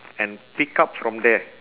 and pick up from there